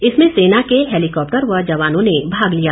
इसमें सेना के हैलीकॉप्टर व जवानों ने भाग लिया